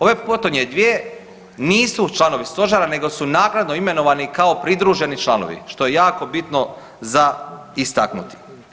Ovo potonje dvije nisu članovi Stožera, nego su naknadno imenovani kao pridruženi članovi što je jako bitno za istaknuti.